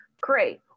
Great